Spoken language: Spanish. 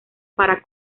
para